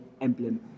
emblem